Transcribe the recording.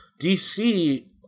DC